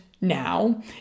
now